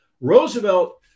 Roosevelt